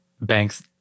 Banks